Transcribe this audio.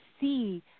see